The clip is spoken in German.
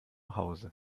hause